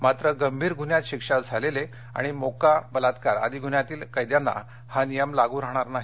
मात्र गंभीर गुन्ह्यात शिक्षा झालेले आणि मोक्का बलात्कार आदी गुन्ह्यातील कैद्यांना हा नियम लागू राहणार नाही